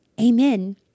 Amen